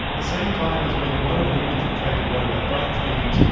the same time as when one of them infiltrated one of our branch meetings,